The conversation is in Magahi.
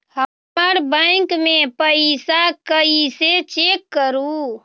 हमर बैंक में पईसा कईसे चेक करु?